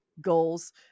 goals